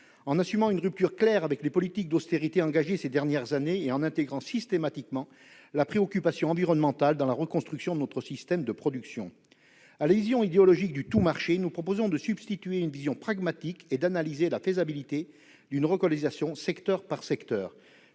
En assumant une rupture claire avec les politiques d'austérité menées ces dernières années et en prenant systématiquement en compte la préoccupation environnementale pour la reconstruction de notre système de production. À la vision idéologique du « tout marché », nous proposons de substituer une vision pragmatique et d'analyser la faisabilité d'une relocalisation secteur par secteur.